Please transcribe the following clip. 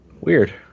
Weird